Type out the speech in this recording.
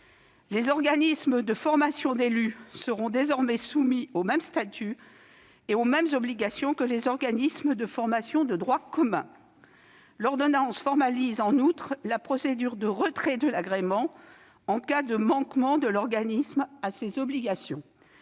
Les organismes de formation des élus seront désormais soumis au même statut, et aux mêmes obligations, que les organismes de formation de droit commun. L'ordonnance formalise en outre la procédure de retrait de l'agrément en cas de manquement de l'organisme à ses obligations.